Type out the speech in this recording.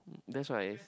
that's why